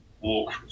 walk